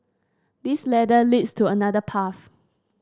this ladder leads to another path